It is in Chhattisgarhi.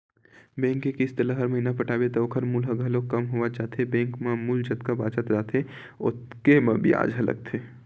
बेंक के किस्त ल हर महिना पटाबे त ओखर मूल ह घलोक कम होवत जाथे बेंक म मूल जतका बाचत जाथे ओतके म बियाज लगथे